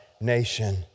nation